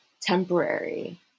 temporary